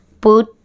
Put